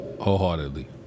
wholeheartedly